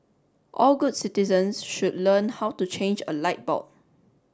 all good citizens should learn how to change a light bulb